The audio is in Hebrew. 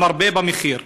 המרבה במחיר,